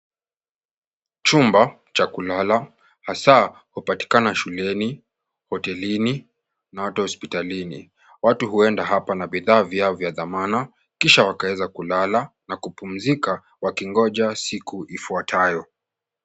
Chumba cha kulala, hasaa hupatikana shuleni, hotelini na ata hospitalini, watu huenda hapa na bidhaa vyao vya dhamana kisha wakaeza kulala wakipumzika wakingoja siku ifwatayo.